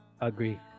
agree